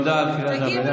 תודה על קריאה הביניים.